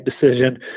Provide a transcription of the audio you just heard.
decision